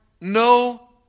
no